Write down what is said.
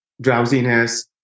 drowsiness